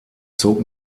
zog